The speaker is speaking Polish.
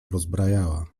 rozbrajała